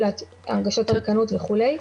הרגשת ריקנות וכו'.